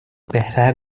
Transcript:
بهتر